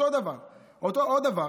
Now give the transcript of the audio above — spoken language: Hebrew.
עוד דבר